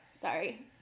Sorry